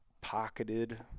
pocketed